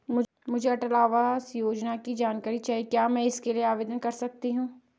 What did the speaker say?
मुझे अटल आवास योजना की जानकारी चाहिए क्या मैं इसके लिए आवेदन कर सकती हूँ?